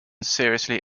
seriously